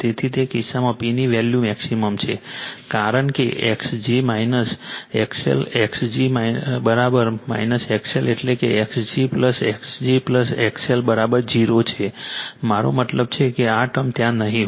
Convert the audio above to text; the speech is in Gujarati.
તેથી તે કિસ્સામાં P ની વેલ્યુ મેક્સિમમ છે કારણ કે x g XL x g XL એટલે x g x g XL0 છે મારો મતલબ છે કે આ ટર્મ ત્યાં નહીં હોય